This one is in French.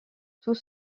tout